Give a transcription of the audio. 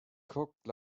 cooked